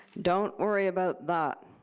don't worry about that.